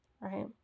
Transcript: Right